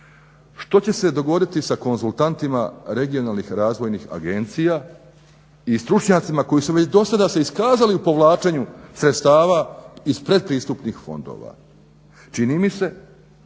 Što će se dogoditi sa konzultantima regionalnih razvojnih agencija i stručnjacima koji su dosada se iskazali u povlačenju sredstava iz predpristupnih fondova. Čini mi se